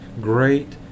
great